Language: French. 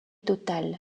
total